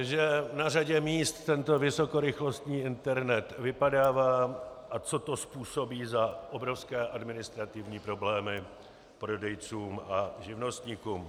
Že na řadě míst tento vysokorychlostní internet vypadává a co to způsobí za obrovské administrativní problémy prodejcům a živnostníkům.